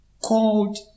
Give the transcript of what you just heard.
called